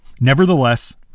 Nevertheless